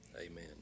Amen